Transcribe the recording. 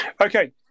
Okay